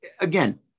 Again